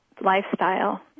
lifestyle